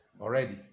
already